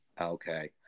Okay